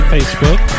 Facebook